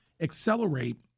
accelerate